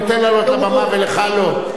להם אני נותן לעלות לבמה ולך לא.